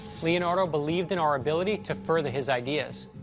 leonardo believed in our ability to further his ideas,